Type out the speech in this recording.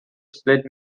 split